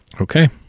Okay